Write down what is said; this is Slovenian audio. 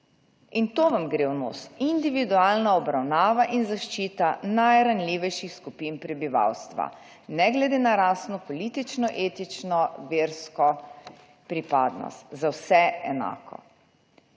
In to vam gre v nos - individualna obravnava in zaščita najranljivejših skupin prebivalstva, ne glede na rasno, politično, etično, versko pripadnost, za vse enako.